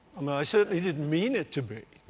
i certainly didn't mean it to be.